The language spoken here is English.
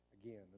again